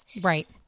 Right